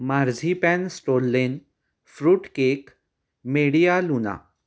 marzipan stollen fruit cake medialuna